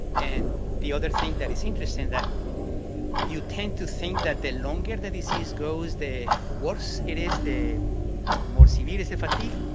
and the other thing that is interesting, that you tend to think that the longer the disease goes, the worse it is, the more severe is the fatigue,